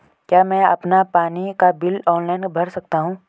क्या मैं अपना पानी का बिल ऑनलाइन भर सकता हूँ?